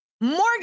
Morgan